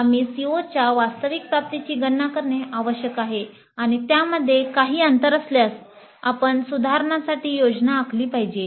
आम्ही COच्या वास्तविक प्राप्तीची गणना करणे आवश्यक आहे आणि त्यामध्ये काही अंतर असल्यास आपण सुधारणांसाठी योजना आखली पाहिजे